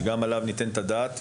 וגם עליו אנחנו ניתן את הדעת,